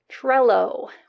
Trello